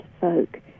folk